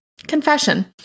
Confession